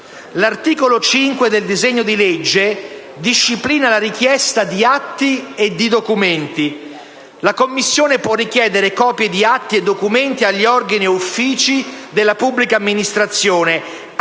L'articolo 5 del disegno di legge disciplina la richiesta di atti e di documenti: la Commissione può richiedere copie di atti e documenti agli organi e uffici della pubblica amministrazione,